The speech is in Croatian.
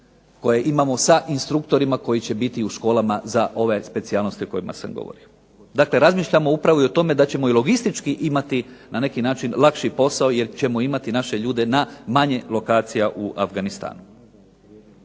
koje imamo sa instruktorima koji će biti u školama za ove specijalnosti o kojima sam govorio. Dakle, razmišljamo upravo i o tome da ćemo i logistički imati na neki način lakši posao jer ćemo imati naše ljude na manje lokacija u Afganistanu.